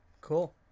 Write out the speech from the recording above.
Cool